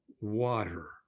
water